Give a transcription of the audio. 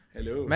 Hello